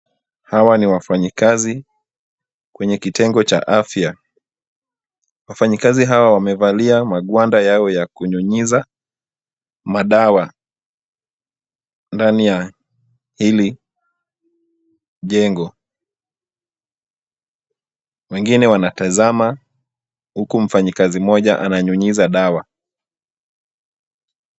Hawa ni wafanyikazi kwenye kitengo cha afya. Wafanyikazi hawa wamevalia maguanda yao ya kunyunyiza madawa ndani ya hili jengo. Wengine wanatazama huku mfanyikazi mmoja ananyunyiza dawa.